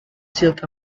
silk